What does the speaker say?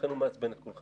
לכן הוא מעצבן את כולכם.